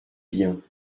bien